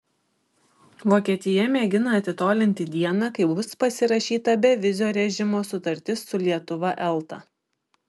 vokietija mėgina atitolinti dieną kai bus pasirašyta bevizio režimo sutartis su lietuva elta